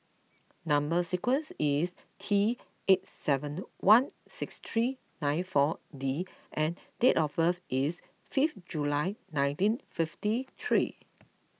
Number Sequence is T eight seven one six three nine four D and date of birth is fifth July nineteen fifty three